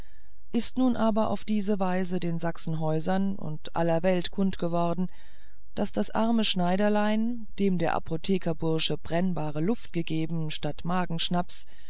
ist nun aber auf diese weise den sachsenhäusern und aller welt kund worden daß das arme schneiderlein dem der apothekerbursche brennbare luft gegeben statt